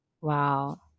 Wow